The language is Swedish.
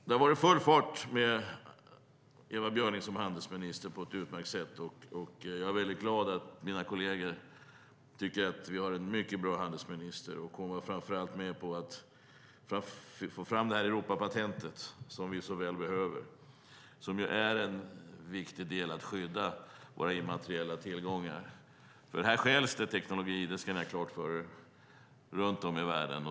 Det har varit full fart med Ewa Björling som handelsminister. Jag är glad att mina kolleger tycker att Sverige har en mycket bra handelsminister. Hon har framför allt drivit fram Europapatentet, som vi så väl behöver. Det är viktigt att skydda våra immateriella tillgångar. Här stjäls teknik - det ska ni ha klart för er - runt om i världen.